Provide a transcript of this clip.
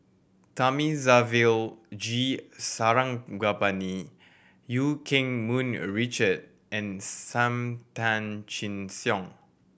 Thamizhavel G Sarangapani Eu Keng Mun a Richard and Sam Tan Chin Siong